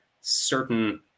certain